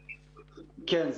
כן.